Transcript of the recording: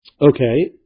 Okay